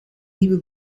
nieuwe